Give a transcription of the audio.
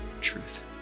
truth